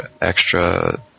extra